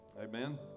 amen